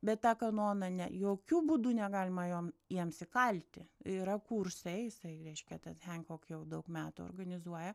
bet tą kanoną ne jokiu būdu negalima jo jiems įkalti yra kursai jisai reiškia tas henkok jau daug metų organizuoja